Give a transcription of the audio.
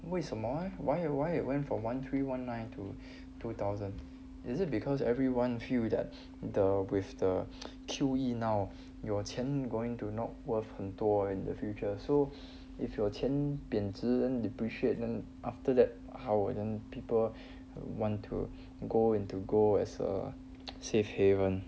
为什么 eh why why it went from one three one nine to two thousand is it because everyone feel that the with the Q_E now 有钱 going to not worth 很多 in the future so if 有钱变质 then depreciate then after that then people want to go into gold as a safe haven